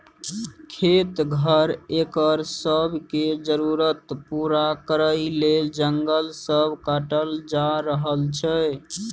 खेत, घर, एकर सब के जरूरत पूरा करइ लेल जंगल सब काटल जा रहल छै